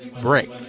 break